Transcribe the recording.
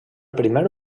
primer